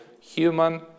human